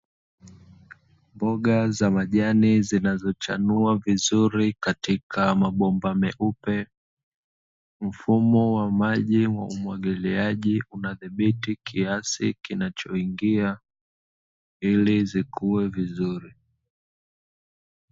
Mboga za majani zinazochanua vizuri katika mabomba meupe, mfumo wa maji wa umwagiliaji unadhibiti kiasi kinachoingia ili zikuwe vizuri.